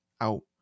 out